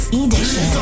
edition